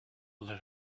lit